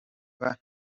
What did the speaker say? numva